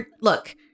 Look